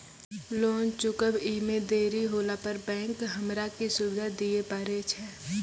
Loan चुकब इ मे देरी होला पर बैंक हमरा की सुविधा दिये पारे छै?